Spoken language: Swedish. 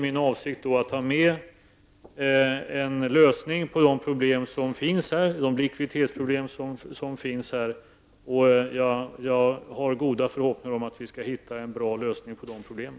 Min avsikt är att där föreslå en lösning på de likviditetsproblem som finns. Jag har goda förhoppningar att vi skall finna en bra lösning på de problemen.